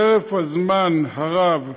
חרף הזמן הרב,